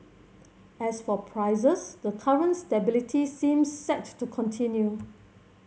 as for prices the current stability seems set to continue